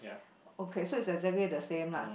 okay so it's exactly the same lah